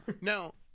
no